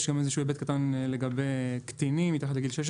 יש איזשהו היבט קטין לגבי קטינים תחת לגיל 16